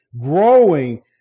growing